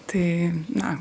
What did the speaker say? tai na